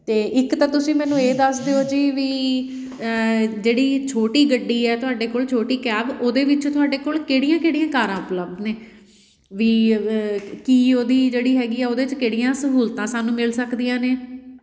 ਅਤੇ ਇੱਕ ਤਾਂ ਤੁਸੀਂ ਮੈਨੂੰ ਇਹ ਦੱਸ ਦਿਉ ਜੀ ਵੀ ਜਿਹੜੀ ਛੋਟੀ ਗੱਡੀ ਹੈ ਤੁਹਾਡੇ ਕੋਲ ਛੋਟੀ ਕੈਬ ਉਹਦੇ ਵਿੱਚ ਤੁਹਾਡੇ ਕੋਲ ਕਿਹੜੀਆਂ ਕਿਹੜੀਆਂ ਕਾਰਾਂ ਉਪਲਬਧ ਨੇ ਵੀ ਕੀ ਉਹਦੀ ਜਿਹੜੀ ਹੈਗੀ ਆ ਉਹਦੇ 'ਚ ਕਿਹੜੀਆਂ ਸਹੂਲਤਾਂ ਸਾਨੂੰ ਮਿਲ ਸਕਦੀਆਂ ਨੇ